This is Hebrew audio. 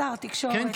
שר התקשורת?